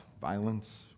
violence